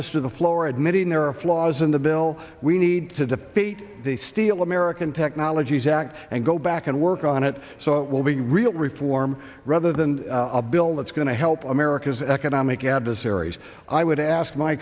this to the floor admitting there are flaws in the bill we need to defeat the steal american technologies act and go back and work on it so it will be real reform rather than a bill that's going to help america's economic adversaries i would ask my